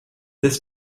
this